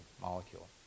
molecule